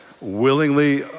Willingly